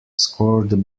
scored